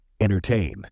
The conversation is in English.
Entertain